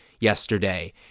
yesterday